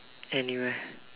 anywhere